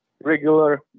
regular